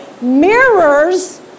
mirrors